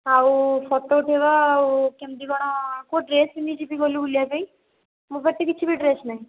ଆଉ ଫଟୋ ଉଠାଇବା ଆଉ କେମିତି କ'ଣ କେଉଁ ଡ୍ରେସ୍ ପିନ୍ଧି ଯିବି କହିଲୁ ବୁଲିବା ପାଇଁ ମୋ ପାଖରେ ତ କିଛି ବି ଡ୍ରେସ୍ ନାହିଁ